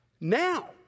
Now